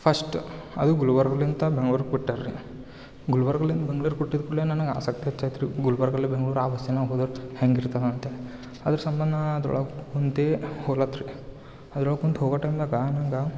first ಅದು ಗುಲ್ಬರ್ಗಲಿಂದಾ ಬೆಂಗ್ಳೂರು ಬಿಟ್ಟರು ರೀ ಗುಲ್ಬರ್ಗಲಿಂದ ಬೆಂಗ್ಳೂರು ಹೊರ್ಟಿದ ಕೂಡಲೆ ನನಗೆ ಆಸಕ್ತಿ ಹೆಚ್ಚಾಯ್ತು ರೀ ಗುಲ್ಬರ್ಗದಲಿ ಬೆಂಗ್ಳೂರು ಆ ಬಸ್ಸಿನ ಹೋಗೋದ ಹೆಂಗೆ ಇರ್ತಾದ ಅಂತ್ಹೇಳಿ ಅದ್ರ ಸಂಬಂಧ ಅದ್ರೊಳಗ್ ಕುಂತೆ ಹೋಗ್ಲಾತ್ರಿ ಅದ್ರೊಳಗ್ ಕುಂತು ಹೋಗೊ ಟೈಮಿನಾಗ ನಂಗೆ